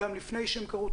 גם לפני שהם קרו,